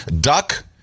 Duck